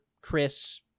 Chris